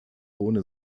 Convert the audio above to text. ohne